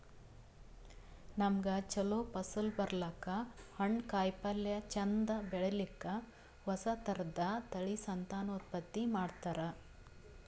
ನಮ್ಗ್ ಛಲೋ ಫಸಲ್ ಬರ್ಲಕ್ಕ್, ಹಣ್ಣ್, ಕಾಯಿಪಲ್ಯ ಚಂದ್ ಬೆಳಿಲಿಕ್ಕ್ ಹೊಸ ಥರದ್ ತಳಿ ಸಂತಾನೋತ್ಪತ್ತಿ ಮಾಡ್ತರ್